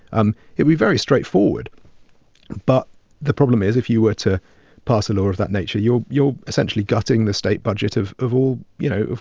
um it would be very straightforward but the problem is if you were to pass a law of that nature, you're you're essentially gutting the state budget of of all, you know,